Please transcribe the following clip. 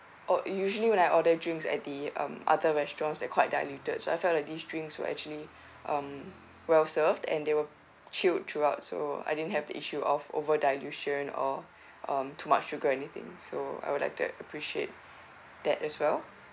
or usually when I order drinks at the um other restaurants they're quite diluted so I felt like these drinks were actually um well served and they were chilled throughout so I didn't have the issue of over dilution or um too much sugar anything so I would like to appreciate that as well